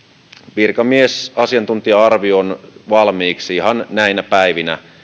virkamiesasiantuntija arvion valmiiksi ihan näinä päivinä